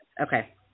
okay